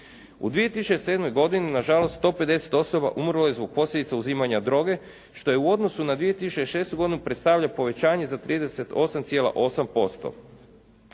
U 2007. godini na žalost 150 osoba umrlo je zbog posljedica uzimanja droge što je u odnosu na 2006. godinu predstavlja povećanje za 38,8%.